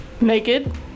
naked